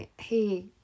hey